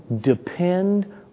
depend